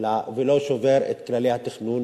שובר את כללי התכנון